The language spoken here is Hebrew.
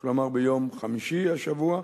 כלומר, ביום חמישי השבוע,